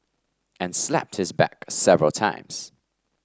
and slapped his back several times